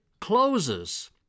closes